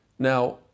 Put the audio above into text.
Now